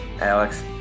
Alex